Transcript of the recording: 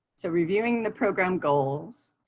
so reviewing the program goals,